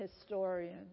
historian